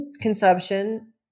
consumption